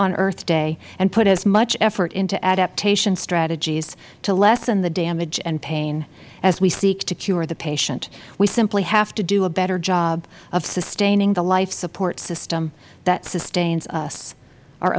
on earth day and put as much effort into adaptation strategies to lessen the damage and pain as we seek to cure the patient we simply have to do a better job of sustaining the life support system that sustains us o